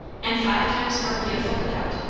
and five times more beautiful without,